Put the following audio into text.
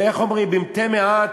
איך אומרים, במתי מעט,